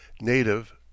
native